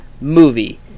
movie